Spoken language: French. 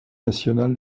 national